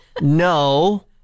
No